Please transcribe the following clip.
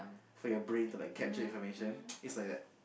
for your brain to like capture information is like that